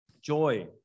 Joy